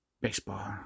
baseball